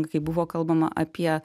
kai buvo kalbama apie